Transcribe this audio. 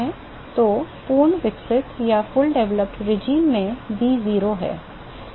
तो पूर्ण विकसित शासन में v 0 है